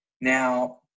now